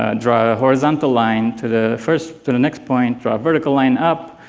ah draw a horizontal line to the first to the next point, draw a vertical line up,